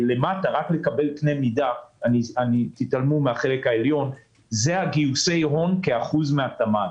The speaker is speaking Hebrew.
רק לקבל קנה מידה למטה זה גיוסי הון כאחוז מהתמ"ג.